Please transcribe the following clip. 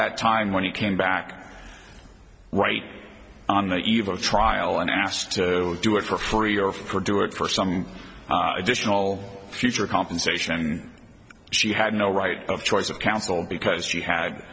that time when he came back right on the eve of trial and i asked to do it for free or for doing it for some additional future compensation she had no right of choice of counsel because she had